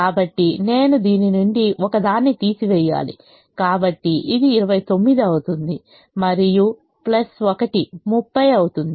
కాబట్టి నేను దీని నుండి ఒకదాన్ని తీసివేయాలి కాబట్టి ఇది 29 అవుతుంది మరియు 1 30 అవుతుంది